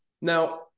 Now